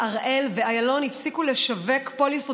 הראל ואיילון הפסיקו לשווק פוליסות